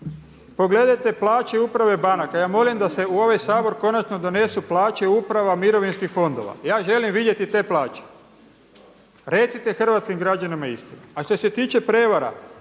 Pogledajte plaće i uprave banaka, ja molim da se u ovaj Sabor konačno donesu plaće uprava mirovinskih fondova. Ja želim vidjeti te plaće. Recite hrvatskim građanima istinu. A što se tiče prevara